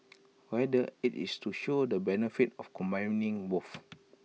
rather IT is to show the benefits of combining both